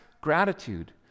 gratitude